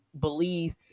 believe